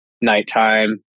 nighttime